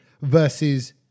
versus